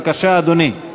בבקשה, אדוני.